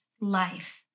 life